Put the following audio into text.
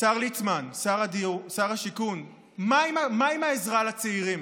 השר ליצמן, שר השיכון, מה עם העזרה לצעירים,